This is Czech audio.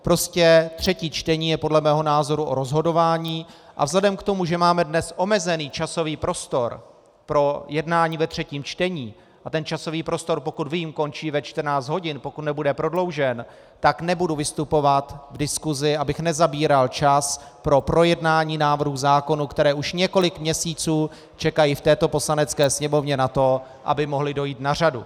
Prostě třetí čtení je podle mého názoru o rozhodování a vzhledem k tomu, že máme dnes omezený časový prostor pro jednání ve třetím čtení a ten časový prostor, pokud vím, končí ve 14 hodin, pokud nebude prodloužen, tak nebudu vystupovat v diskusi, abych nezabíral čas pro projednání návrhů zákonů, které už několik měsíců čekají v této Poslanecké sněmovně na to, aby mohly dojít na řadu.